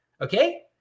okay